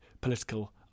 political